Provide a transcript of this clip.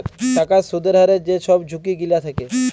টাকার সুদের হারের যে ছব ঝুঁকি গিলা থ্যাকে